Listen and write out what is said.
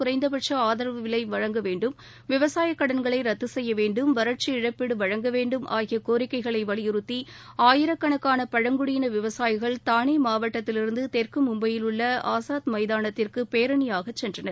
குறைந்தபட்ச ஆதரவு விலை வழங்க வேண்டும் விவசாய கடன்களை ரத்து செய்ய வேண்டும் வறட்சி இழப்பீடு வழங்க வேண்டும் ஆகிய கோரிக்கைகளை வலியுறுத்தி ஆயிரக்கணக்காள பழங்குடியின விவசாயிகள் தனோ மாவட்டத்திலிருந்து தெற்கு மும்பையில் உள்ள அசாத் மைதானத்திற்கு பேரணியாக சென்றனர்